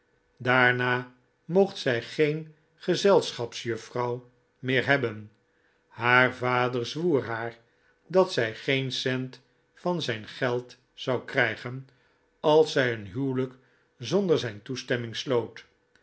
daarna mocht zij geen gezelschapsjuffrouw meer hebben haar vader zwoer haar dat zij geen cent van zijn geld zou krijgen als zij een huwelijk zonder zijn toestemming sloot